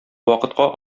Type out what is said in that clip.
вакытка